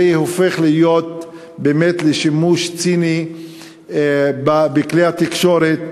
זה הופך להיות באמת שימוש ציני בכלי התקשורת